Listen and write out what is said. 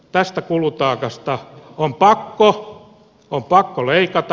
tästä kulutaakasta on pakko leikata